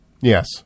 Yes